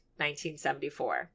1974